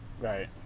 Right